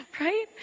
Right